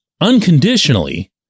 unconditionally